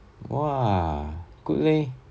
!wah! good leh